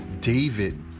David